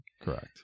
correct